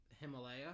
Himalaya